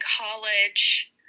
college